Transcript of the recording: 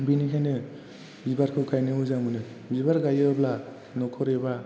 बेनिखायनो बिबारखौ गायनो मोजां मोनो बिबार गायोब्ला न'खर एबा